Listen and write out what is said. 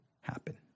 happen